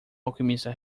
alquimista